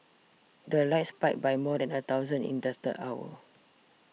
the 'likes' spiked by more than a thousand in the third hour